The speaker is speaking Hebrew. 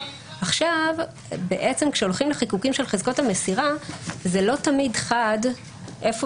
בעצם כשהולכים לחיקוקים של חזקות המסירה זה לא תמיד חד איפה